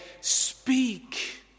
speak